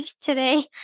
today